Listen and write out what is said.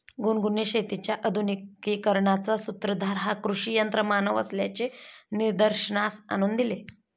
गुनगुनने शेतीच्या आधुनिकीकरणाचा सूत्रधार हा कृषी यंत्रमानव असल्याचे निदर्शनास आणून दिले